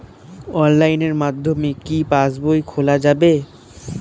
অনলাইনের মাধ্যমে কি পাসবই খোলা যাবে?